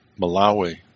Malawi